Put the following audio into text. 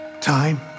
Time